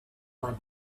money